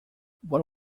what